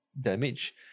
damage